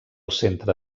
centre